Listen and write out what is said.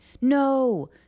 no